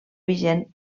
vigent